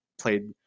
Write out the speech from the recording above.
played